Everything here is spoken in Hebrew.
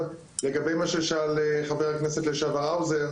עכשיו, לגבי מה ששאל חבר הכנסת לשעבר האוזר.